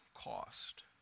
cost